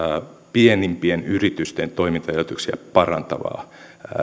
pienimpien yritysten toimintaedellytyksiä parantavaa